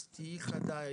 אז תהיי חדה.